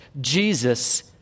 Jesus